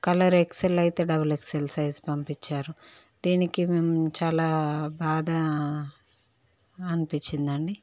colour XL ఐతే double XL size పంపించారు దీనికి మేము చాలా బాధ అనిపించింది అండి